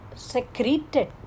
secreted